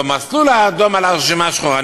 שבמסלול האדום על הרשימה השחורה.